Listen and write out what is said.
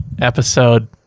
Episode